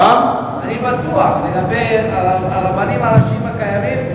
לגבי הרבנים הראשיים הקיימים,